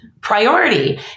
priority